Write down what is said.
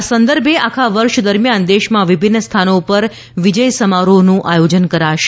આ સંદર્ભે આખા વર્ષ દરમિયાન દેશમાં વિભિન્ન સ્થાનો પર વિજય સમારોહનું આયોજન કરાશે